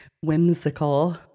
whimsical